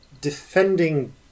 defending